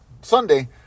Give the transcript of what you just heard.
Sunday